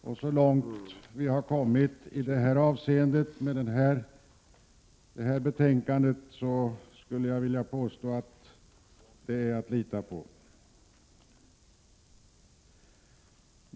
Med detta betänkande har vi försökt komma så långt som möjligt i detta avseende.